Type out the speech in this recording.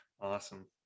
Awesome